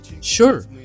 Sure